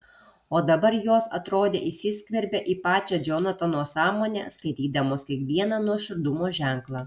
o dabar jos atrodė įsiskverbė į pačią džonatano sąmonę skaitydamos kiekvieną nuoširdumo ženklą